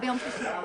ביום שלישי בבוקר.